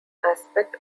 aspect